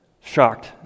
shocked